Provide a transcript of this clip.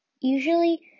usually